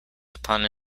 upon